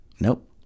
Nope